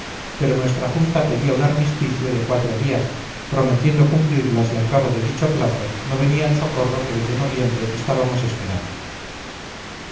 pero nuestra junta pedía un armisticio de cuatro días prometiendo cumplirla si al cabo de dicho plazo no venía el socorro que desde noviembre estábamos esperando